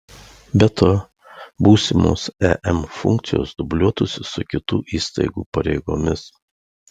be to būsimos em funkcijos dubliuotųsi su kitų įstaigų pareigomis